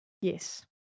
Yes